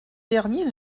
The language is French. dernier